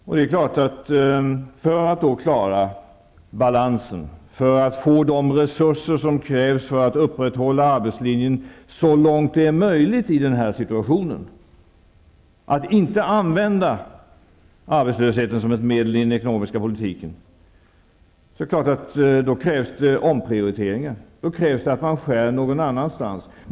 För att klara balansen i ekonomin och för att få fram de resurser som krävs för att upprätthålla arbetslinjen så långt det är möjligt i denna situation, att inte använda arbetslösheten som ett medel i den ekonomiska politiken, krävs naturligtvis omprioriteringar. Det krävs att man skär ner någon annanstans.